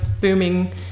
booming